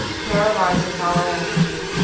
paralyzes our energy,